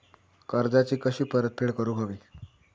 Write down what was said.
कर्जाची कशी परतफेड करूक हवी?